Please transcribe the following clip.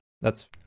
That's-